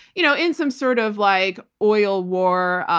you know in some sort of like oil war,